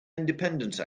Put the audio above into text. independence